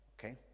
Okay